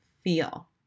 feel